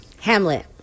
Hamlet